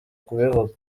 kubivuga